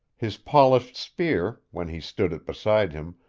his polished spear, when he stood it beside him,